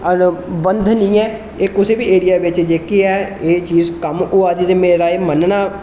बंद नी ऐ एह् कुसै बी एरिया बिच जेहकी ऐ एह् चीज कम्म होआ दी ते मेरा एह् मन्नना पर्सनली के